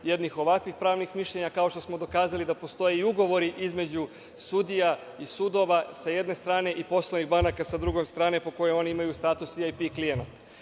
jednih ovakvih pravnih mišljenja, kao što smo dokazali da postoje i ugovori između sudija i sudova sa jedne strane, i poslovnih banaka, sa druge strane, po kojoj oni imaju status VIP klijenata. Nigde